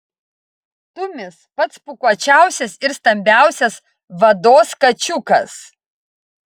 tumis pats pūkuočiausias ir stambiausias vados kačiukas